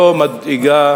מדאיגה